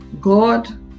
god